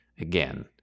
again